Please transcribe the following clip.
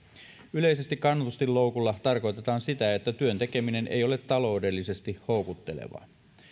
yleisesti kannustinloukulla tarkoitetaan sitä että työn tekeminen ei ole taloudellisesti houkuttelevaa